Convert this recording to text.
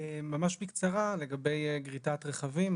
ממש בקצרה, לגבי גריטת רכבים.